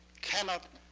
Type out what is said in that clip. cannot,